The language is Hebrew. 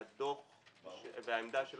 והדוח והעמדה של